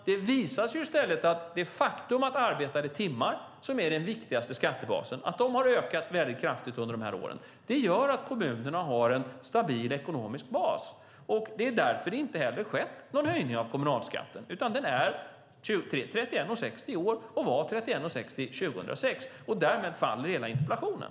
Det visas i stället att antalet arbetade timmar, som är den viktigaste skattebasen, har ökat väldigt kraftigt under de här åren och att det gör att kommunerna har en stabil ekonomisk bas. Det är därför som det inte heller har skett någon höjning av kommunalskatten. Den är 31:60 i år och var 31:60 år 2006, och därmed faller hela interpellationen.